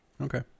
Okay